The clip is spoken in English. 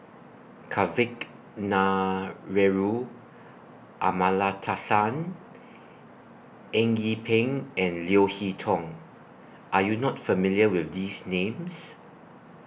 Kavignareru Amallathasan Eng Yee Peng and Leo Hee Tong Are YOU not familiar with These Names